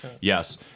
Yes